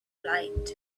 light